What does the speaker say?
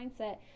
mindset